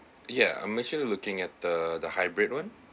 ya I'm actually looking at the the hybrid [one]